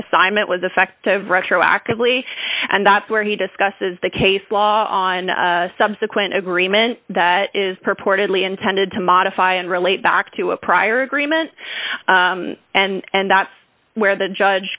assignment was effective retroactively and that's where he discusses the case law on subsequent agreement that is purportedly intended to modify and relate back to a prior agreement and that's where the judge